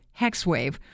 Hexwave